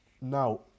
now